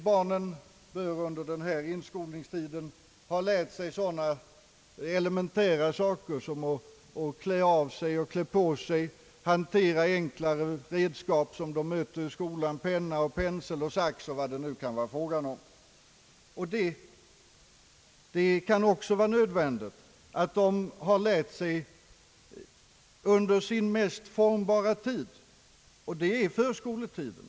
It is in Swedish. Barnen bör under denna inskolningstid ha lärt sig sådana elementära saker som att klä av sig och klä på sig, hantera enklare redskap som de möter i skolan penna, pensel, sax osv. Det kan också vara nödvändigt att de lär sig detta under sin mest formbara tid, nämligen förskoletiden.